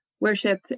worship